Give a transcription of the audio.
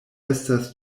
estas